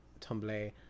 Tumblr